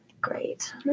great